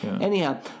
Anyhow